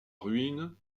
ruine